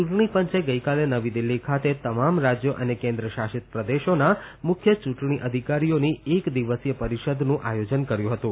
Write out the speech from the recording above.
ચૂંટણી પંચે ગઇકાલે નવી દિલ્હી ખાતે તમામ રાજ્યો અને કેન્દ્ર શાસિત પ્રદેશોના મુખ્ય ચૂંટણી અધિકારીઓની એક દિવસીય પરીષદનું આયોજન કર્યું હતું